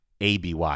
ABY